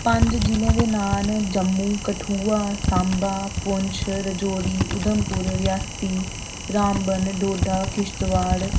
पंज जि'लें दे नांऽ न जम्मू कठुआ साम्बा पुंछ राजौरी उधमपुर रियासी रामबन डोडा किशतवाड़